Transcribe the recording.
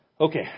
Okay